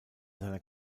seiner